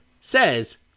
says